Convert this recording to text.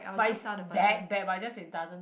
but it's that bad but just it doesn't